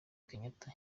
kenyatta